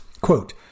Quote